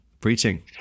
Preaching